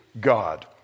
God